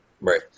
right